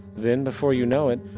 then before you know it,